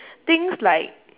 things like